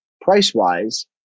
price-wise